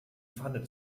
pfanne